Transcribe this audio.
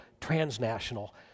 transnational